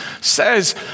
says